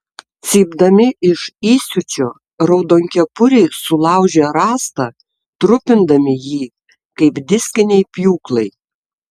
cypdami iš įsiūčio raudonkepuriai sulaužė rąstą trupindami jį kaip diskiniai pjūklai